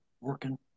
working